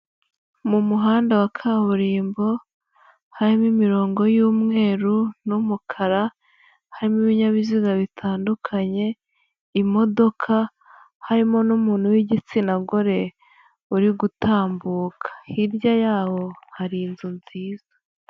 Mu muhanda wa kaburimbo, harimo imirongo y'umweru, n'umukara, harimo ibinyabiziga bitandukanye, imodoka, harimo n'umuntu w'igitsina gore uri gutambuka, hirya y'aho hari inzu nziza.